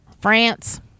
France